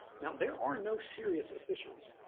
now there are no serious officials,